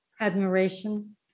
admiration